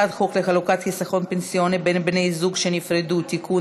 הצעת חוק לחלוקת חיסכון פנסיוני בין בני זוג שנפרדו (תיקון,